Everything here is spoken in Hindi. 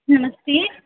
नमस्ते